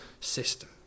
system